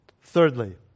Thirdly